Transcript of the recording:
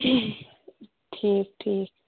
ٹھیٖک ٹھیٖک